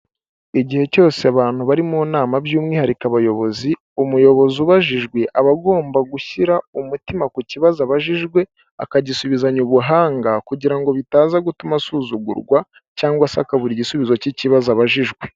Igihe cyose abantu bari mu nama by'umwihariko abayobozi, umuyobozi ubajijwe aba agomba gushyira umutima ku kibazo abajijwe akagisubizanya ubuhanga kugira ngo bitaza gutuma asuzugurwa cyangwa se akabura igisubizo cy'ikibazo abajijwe.